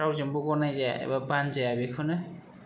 रावजोंबो गनायजाया एबा बानजाया बेखौनो